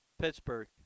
Pittsburgh